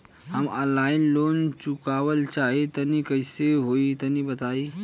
हम online loan चुकावल चाहऽ तनि कइसे होई तनि बताई?